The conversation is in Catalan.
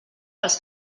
pels